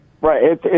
Right